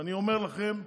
ואני אומר לכם,